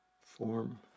form